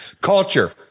Culture